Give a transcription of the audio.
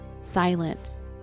Silence